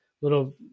little